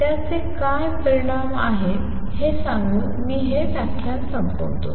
त्याचे काय परिणाम आहेत हे सांगून मी हे व्याख्यान संपवतो